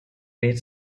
read